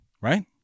Right